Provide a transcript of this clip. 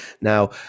now